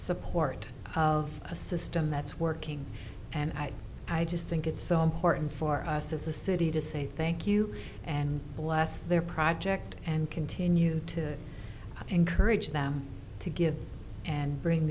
support of a system that's working and i i just think it's so important our us as a city to say thank you and bless their project and continue to encourage them to get and bring